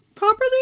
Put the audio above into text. Properly